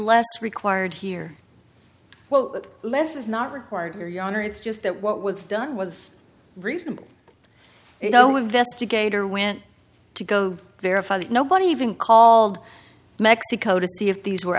less required here well less is not required here yonder it's just that what was done was reasonable you know we've best to gator when to go verify that nobody even called mexico to see if these were